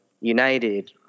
United